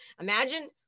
imagine